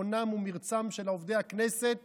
הונם ומרצם של עובדי הכנסת